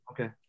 Okay